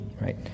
right